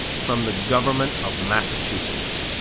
from the government of massachusetts,